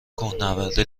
کوهنوردی